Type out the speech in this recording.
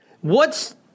What's-